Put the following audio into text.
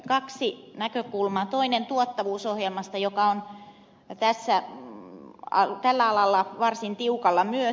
kaksi näkökulmaa toinen tuottavuusohjelmasta joka on tällä alalla varsin tiukalla myös